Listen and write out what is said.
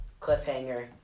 cliffhanger